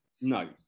No